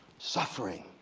suffering.